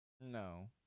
No